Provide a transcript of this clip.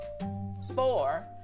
Four